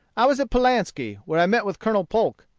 i was at pulaski, where i met with colonel polk,